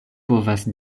povas